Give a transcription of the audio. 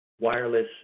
wireless